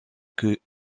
que